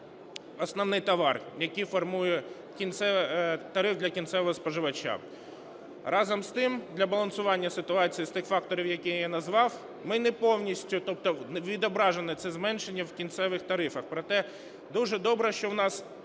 основний товар, який формує тариф для кінцевого споживача. Разом з тим, для балансування ситуації з тих факторів, які я назвав, ми не повністю… тобто відображене це зменшення в кінцевих тарифах. Проте дуже добре, що в нас